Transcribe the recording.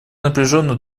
напряженно